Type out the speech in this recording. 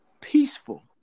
peaceful